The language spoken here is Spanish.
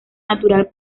natural